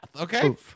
okay